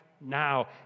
now